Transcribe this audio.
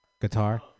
guitar